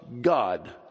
God